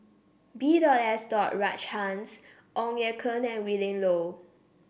B dot S dot Rajhans Ong Ye Kung and Willin Low